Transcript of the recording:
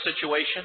situation